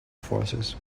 forces